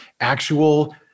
actual